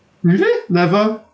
really never